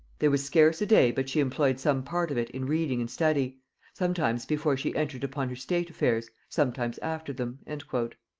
there was scarce a day but she employed some part of it in reading and study sometimes before she entered upon her state affairs, sometimes after them and